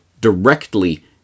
directly